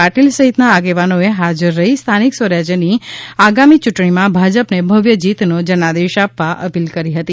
પાટિલ સહિતના આગેવાનોએ હાજર રહી સ્થાનિક સ્વરાજ્યની આગામી યૂંટણીમાં ભાજપને ભવ્ય જીતનો જનાદેશ આપવા અપીલ કરી હતી